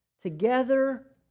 together